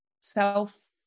Self